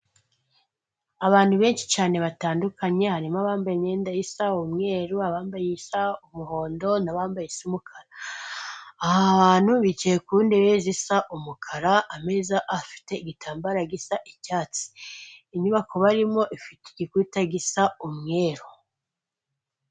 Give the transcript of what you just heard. Abantu benshi cyane batandukanye, harimo bambaye imyenda isa umweru, abambaye isa umuhondo, n'abambaye isa umukara. Aba bantu bicaye ku ntebe zisa umukara, ameza afite igitambaro gisa icyatsi. Inyubako barimo ifite igikuta gisa umweru.